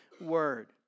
word